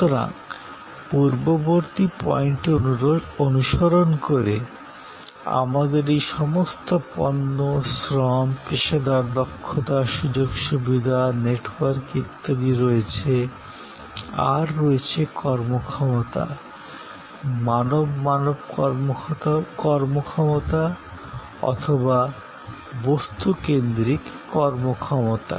সুতরাং পূর্ববর্তী পয়েন্টটি অনুসরণ করে সময় 1225 আমাদের এই সমস্ত পণ্য শ্রম পেশাদার দক্ষতা সুযোগ সুবিধা নেটওয়ার্কস ইত্যাদি রয়েছে আর রয়েছে কর্মক্ষমতা মানব মানব কর্মক্ষমতা অথবা বস্তুকেন্দ্রিক কর্মক্ষমতা